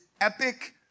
epic